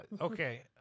okay